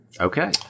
Okay